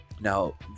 now